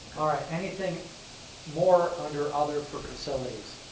alright, anything more under other for facilities?